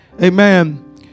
Amen